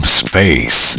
space